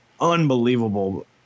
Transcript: unbelievable